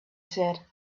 said